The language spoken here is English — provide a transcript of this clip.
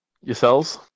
yourselves